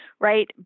right